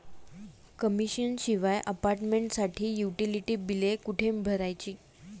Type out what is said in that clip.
Commission शिवाय अपार्टमेंटसाठी utility बिले कुठे भरायची?